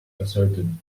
asserted